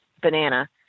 banana